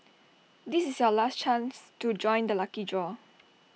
this is your last chance to join the lucky draw